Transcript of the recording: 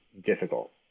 difficult